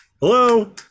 hello